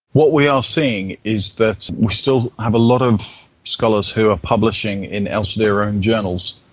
what we are seeing is that we still have a lot of scholars who are publishing in elsevier-owned journals,